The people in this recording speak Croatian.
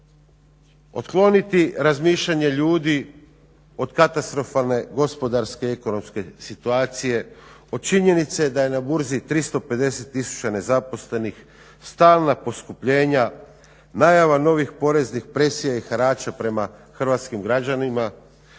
otkloniti razmišljanje ljudi od katastrofalne gospodarske i ekonomske situacije, od činjenice da je na burzi 350000 nezaposlenih, stalna poskupljenja, najava novih poreznih presija i harača prema hrvatskim građanima,